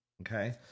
okay